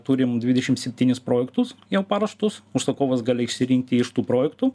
turim dvidešim septynis projektus jau paruoštus užsakovas gali išsirinkti iš tų projektų